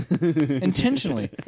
Intentionally